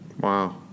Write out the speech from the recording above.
Wow